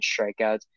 strikeouts